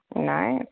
Nice